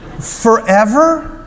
Forever